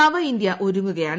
നവ ഇന്ത്യ ഒരുങ്ങുകയാണ്